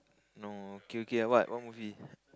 no okay okay what what movie